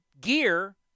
gear